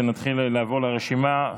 ונתחיל לעבור על הרשימה.